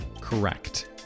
correct